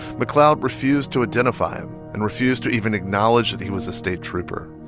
mcleod refused to identify him and refused to even acknowledge that he was a state trooper.